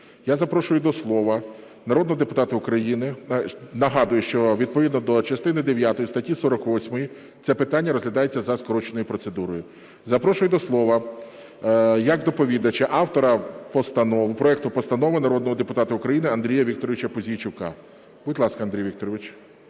Я запрошую до слова народного депутата України… Нагадую, що, відповідно до частини дев'ятої статті 48, це питання розглядається за скороченою процедурою. Запрошую до слова як доповідача автора постанов… проекту постанови народного депутата України Андрія Вікторовича Пузійчука. Будь ласка, Андрій Вікторович.